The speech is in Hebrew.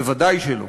ודאי שלא.